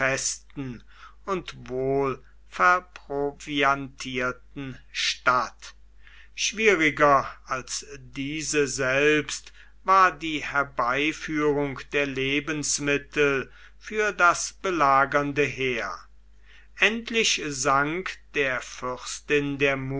und wohl verproviantierten stadt schwieriger als diese selbst war die herbeiführung der lebensmittel für das belagernde heer endlich sank der